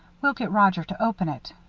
we'll get roger to open it.